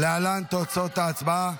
להלן תוצאות ההצבעה: